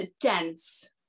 dense